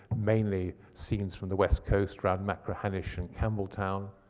mainly scenes from the west coast, round machrihanish and cambeltown.